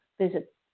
visit